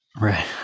Right